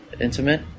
intimate